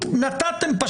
נתתם להם,